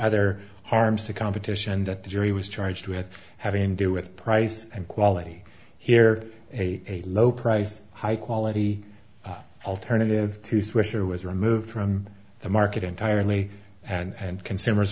other harms to competition that the jury was charged with having do with price and quality here a low price high quality alternative to swisher was removed from the market entirely and consumers